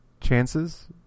chances